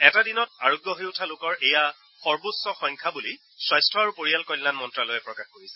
এটা দিনত আৰোগ্য হৈ উঠা লোকৰ এয়া সৰ্বোচ্চ সংখ্যা বুলি স্বাস্থ্য আৰু পৰিয়াল কল্যাণ মন্ত্ৰ্যালয়ে প্ৰকাশ কৰিছে